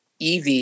EV